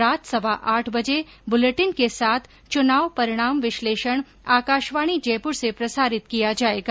रात सवा आठ बजे बुर्लेटिन के साथ चुनाव परिणाम विश्लेषण आकाशवाणी जयपुर से प्रसारित किया जायेगा